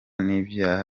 n’ibyaha